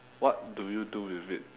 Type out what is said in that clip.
what do you do with it